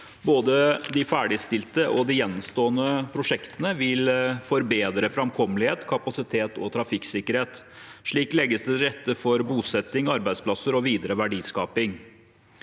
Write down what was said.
Både de ferdigstilte og de gjenstående prosjektene vil forbedre framkommelighet, kapasitet og trafikksikkerhet. Slik legges det til rette for bosetting, arbeidsplasser og videre verdiskaping.